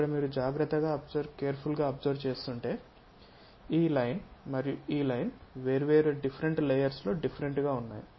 ఇక్కడ మీరు జాగ్రత్తగా గమనిస్తుంటే ఈ లైన్ మరియు ఈ లైన్ వేర్వేరు లేయర్స్ లో డిఫరెంట్ గా ఉన్నాయి